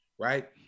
right